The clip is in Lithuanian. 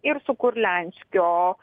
ir su kurlianskio